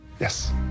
yes